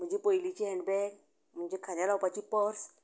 म्हजें पयलीचें hand bag म्हणजे खांद्यांक लावपाची पर्स